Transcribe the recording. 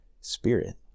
spirit